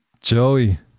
Joey